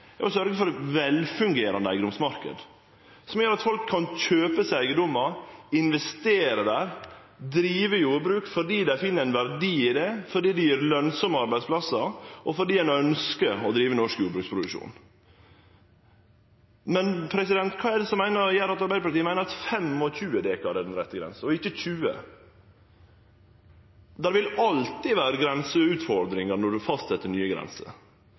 at folk kan kjøpe seg eigedomar, investere der og drive jordbruk fordi dei finn ein verdi i det, fordi det gjev lønsame arbeidsplassar, og fordi ein ønskjer å drive norsk jordbruksproduksjon. Kva er det som gjer at Arbeidarpartiet meiner at 25 dekar er den rette grensa, og ikkje 20? Det vil alltid vere grenseutfordringar når ein fastset nye grenser.